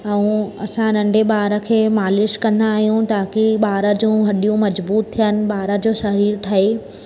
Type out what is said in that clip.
ऐं असां नंढे ॿार खे मालिश कंदा आहियूं ताकी ॿार जूं हॾियूं मज़बूत थियनि ॿार जो शरीरु ठहे